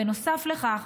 בנוסף לכך,